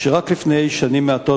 שרק לפני שנים מעטות,